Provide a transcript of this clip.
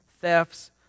thefts